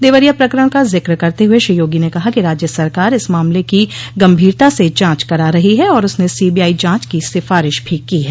देवरिया प्रकरण का जिक्र करते हुए श्री योगी ने कहा कि राज्य सरकार इस मामले की गंभीरता से जांच करा रही है और उसने सीबीआई जांच की सिफारिश भी की है